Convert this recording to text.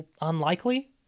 unlikely